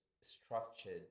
structured